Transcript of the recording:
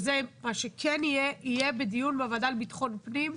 זה יהיה בדיון בוועדה לביטחון פנים,